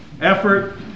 Effort